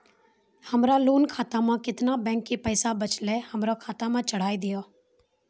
हमरा लोन खाता मे केतना बैंक के पैसा बचलै हमरा खाता मे चढ़ाय दिहो?